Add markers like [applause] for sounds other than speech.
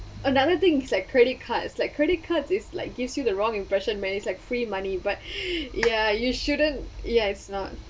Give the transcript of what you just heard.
another thing is like credit cards like credit cards is like gives you the wrong impression may as like free money but [breath] ya you shouldn't ya it's not